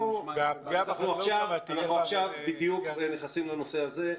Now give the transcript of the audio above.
והפגיעה בחקלאות שם תהיה --- עכשיו בדיוק אנחנו נכנסים לנושא הזה.